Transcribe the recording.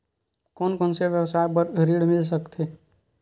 कोन कोन से व्यवसाय बर ऋण मिल सकथे?